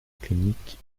clinique